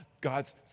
God's